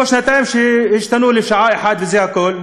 או שנתיים שהשתנו לשעה אחת וזה הכול?